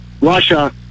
Russia